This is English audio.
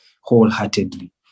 wholeheartedly